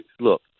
Look